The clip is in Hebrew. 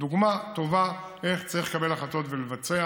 דוגמה טובה איך צריך לקבל החלטות ולבצע